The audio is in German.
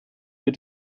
wir